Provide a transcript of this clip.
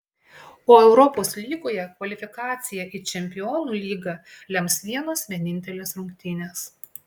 o europos lygoje kvalifikaciją į čempionų lygą lems vienos vienintelės rungtynės